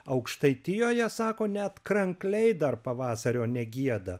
aukštaitijoje sako net krankliai dar pavasario negieda